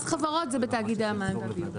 מס חברות זה בתאגידי המים.